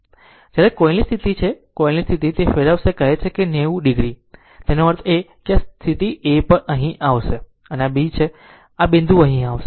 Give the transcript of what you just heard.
જ્યારે કોઇલની સ્થિતિ જ્યારે આ સ્થિતિ તે ફેરવશે કહે 90 ડિગ્રી તેનો અર્થ એ કે આ સ્થિતિ A અહીં આવશે અને આ B છે અને આ બિંદુ અહીં આવશે